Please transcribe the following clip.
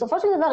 בסופו של דבר,